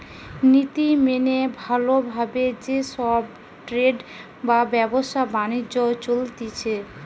নীতি মেনে ভালো ভাবে যে সব ট্রেড বা ব্যবসা বাণিজ্য চলতিছে